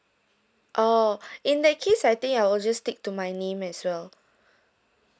orh in that case I think I'll just stick to my name as well